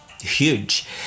huge